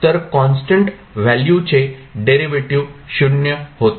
तर कॉन्स्टंट व्हॅल्यूचे डेरिव्हेटिव्ह् 0 होते